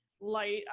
light